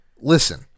Listen